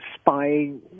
spying